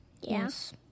Yes